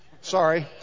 Sorry